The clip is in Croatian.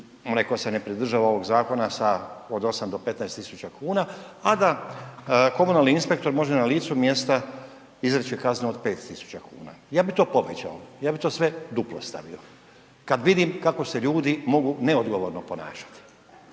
onaj tko se pridržava ovog zakona od 8 do 15.000 kuna, a da komunalni inspektor može na licu mjesta izreći kaznu od 5.000 kuna. Ja bih to povećao, ja bi to sve duplo stavio kada vidim kako se ljudi mogu neodgovorno ponašati,